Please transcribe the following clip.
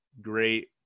great